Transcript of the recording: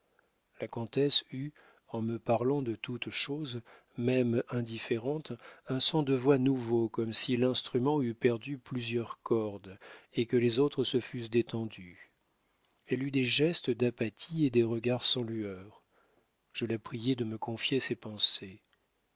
la comtesse eut en me parlant de toutes choses même indifférentes un son de voix nouveau comme si l'instrument eût perdu plusieurs cordes et que les autres se fussent détendues elle eut des gestes d'apathie et des regards sans lueur je la priai de me confier ses pensées